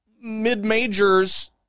mid-majors